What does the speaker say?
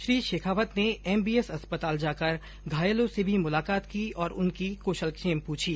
श्री शेखावत ने एमबीएम अस्पताल जाकर घायलों से भी मुलाकात की और उनकी कुशलक्षेम पूछी